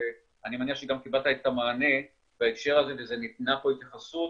ואני מניח שגם קיבלת את המענה בהקשר הזה וניתנה פה התייחסות.